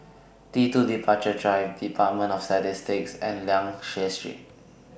T two Departure Drive department of Statistics and Liang Seah Street